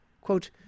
Quote